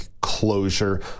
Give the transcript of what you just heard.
closure